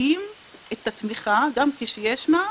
להתאים את התמיכה גם כשהיא ישנה,